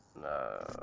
No